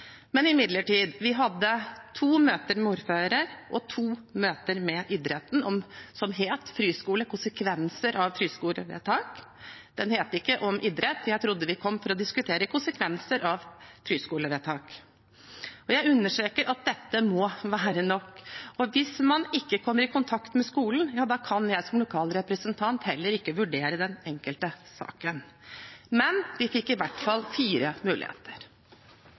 Men vi hadde imidlertid to møter med ordføreren og to møter med idretten som het «Friskole – konsekvenser av friskolevedtak». Det het ikke «Om idrett». Jeg trodde vi kom for å diskutere konsekvenser av friskolevedtak. Jeg understreker at dette må være nok. Hvis man ikke kommer i kontakt med skolen, kan jeg som lokal representant heller ikke vurdere den enkelte saken. Men de fikk i hvert fall fire muligheter.